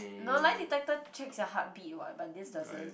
no lie detector checks your heart beat [what] but this doesn't